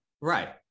Right